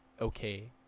okay